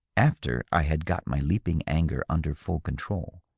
after i had got my leaping anger under full control,